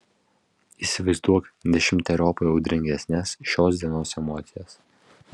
įsivaizduok dešimteriopai audringesnes šios dienos emocijas